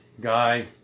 guy